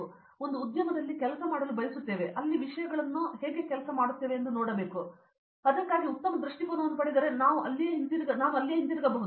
ಹಾಗಾಗಿ ನಾನು ಒಂದು ಉದ್ಯಮದಲ್ಲಿ ಕೆಲಸ ಮಾಡಲು ಬಯಸುತ್ತೇನೆ ಮತ್ತು ಅಲ್ಲಿ ವಿಷಯಗಳನ್ನು ಹೇಗೆ ಕೆಲಸ ಮಾಡುತ್ತದೆ ಎಂಬುದನ್ನು ನೋಡೋಣ ಮತ್ತು ಅದಕ್ಕಾಗಿ ನಾನು ಉತ್ತಮ ದೃಷ್ಟಿಕೋನವನ್ನು ಪಡೆದರೆ ನಾನು ಅಲ್ಲಿಯೇ ಹಿಂತಿರುಗಬಹುದು